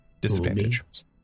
disadvantage